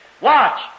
Watch